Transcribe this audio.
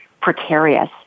precarious